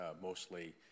mostly